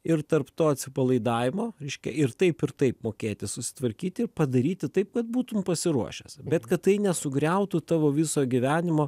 ir tarp to atsipalaidavimo reiškia ir taip ir taip mokėti susitvarkyti ir padaryti taip kad būtum pasiruošęs bet kad tai nesugriautų tavo viso gyvenimo